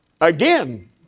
again